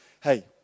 hey